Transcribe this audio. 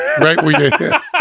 Right